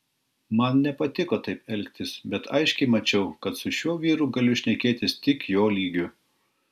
man nepatiko taip elgtis bet aiškiai mačiau kad su šiuo vyru galiu šnekėtis tik jo lygiu